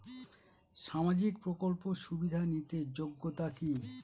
সামাজিক প্রকল্প সুবিধা নিতে যোগ্যতা কি?